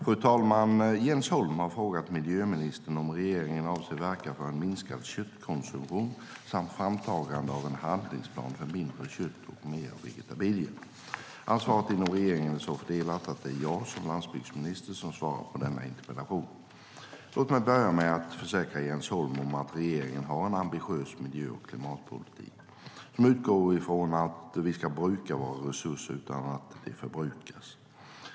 Fru talman! Jens Holm har frågat miljöministern om regeringen avser att verka för en minskad köttkonsumtion samt framtagande av en handlingsplan för mindre kött och mer vegetabilier. Ansvaret inom regeringen är så fördelat att det är jag som landsbygdsminister som ska svara på denna interpellation. Låt mig börja med att försäkra Jens Holm om att regeringen har en ambitiös miljö och klimatpolitik som utgår ifrån att vi ska bruka våra resurser utan att de förbrukas.